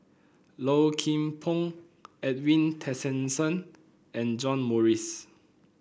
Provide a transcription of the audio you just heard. Low Kim Pong Edwin Tessensohn and John Morrice